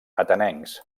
atenencs